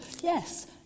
yes